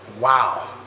wow